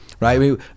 right